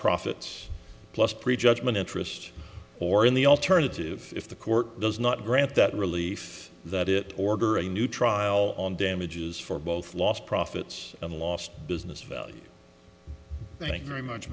profits plus pre judgment interest or in the alternative if the court does not grant that relief that it order a new trial on damages for both lost profits and lost business value thank you very much